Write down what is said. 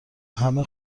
همه